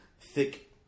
thick